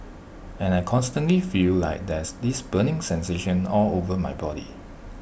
and I constantly feel like there's this burning sensation all over my body